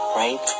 right